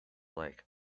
like